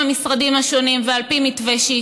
מנת להשיב לשאילתה דחופה מס' 530 מאת חבר הכנסת יוסי יונה.